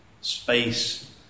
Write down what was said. space